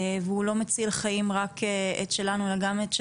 והוא לא מציל רק את החיים שלנו אלא גם את של